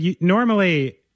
normally